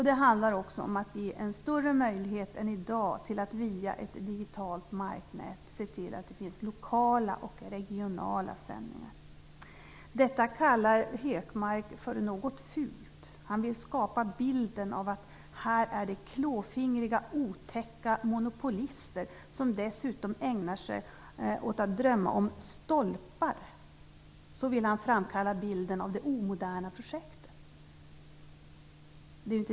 Det handlar också om att ge en större möjlighet än i dag att via ett digitalt marknät se till att det finns lokala och regionala sändningar. Detta kallar Hökmark för något fult. Han vill skapa bilden av att det handlar om klåfingriga, otäcka monopolister som dessutom ägnar sig åt att drömma om stolpar. Så vill han framkalla bilden av det omoderna projektet.